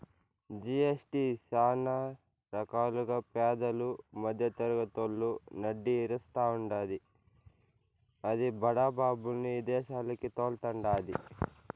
GST సానా రకాలుగా పేదలు, మద్దెతరగతోళ్ళు నడ్డి ఇరస్తాండాది, అది బడా బాబుల్ని ఇదేశాలకి తోల్తండాది